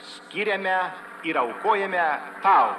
skiriame ir aukojame tau